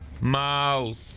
mouth